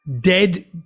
dead